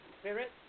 spirit